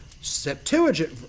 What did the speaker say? Septuagint